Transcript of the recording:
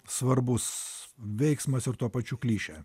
svarbus veiksmas ir tuo pačiu klišė